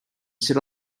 sit